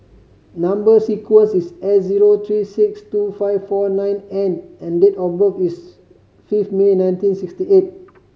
number sequence is S zero three six two five four nine N and date of birth is fifth May nineteen sixty eight